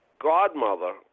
godmother